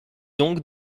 donc